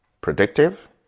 Predictive